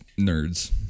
nerds